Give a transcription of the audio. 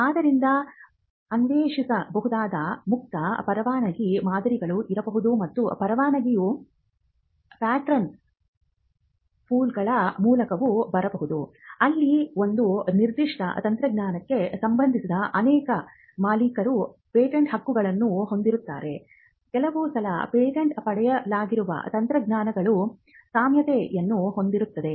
ಆದ್ದರಿಂದ ಅನ್ವೇಷಿಸಬಹುದಾದ ಮುಕ್ತ ಪರವಾನಗಿ ಮಾದರಿಗಳೂ ಇರಬಹುದು ಮತ್ತು ಪರವಾನಗಿಯು ಪ್ಯಾಟರ್ನ್ ಪೂಲ್ಗಳ ಮೂಲಕವೂ ಬರಬಹುದು ಅಲ್ಲಿ ಒಂದು ನಿರ್ದಿಷ್ಟ ತಂತ್ರಜ್ಞಾನಕ್ಕೆ ಸಂಬಂಧಿಸಿದ ಅನೇಕ ಅನೇಕ ಮಾಲೀಕರು ಪೇಟೆಂಟ್ ಹಕ್ಕುಗಳನ್ನು ಹೊಂದಿರುತ್ತಾರೆ ಕೆಲವು ಸಲ ಪೇಟೆಂಟ್ ಪಡೆಯಲಾಗಿರುವ ತಂತ್ರಜ್ಞಾನಗಳು ಸಾಮ್ಯತೆಯನ್ನು ಹೊಂದಿರುತ್ತವೆ